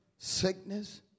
Sickness